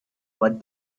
what